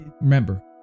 remember